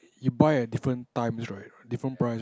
you buy at different time right different price